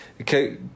okay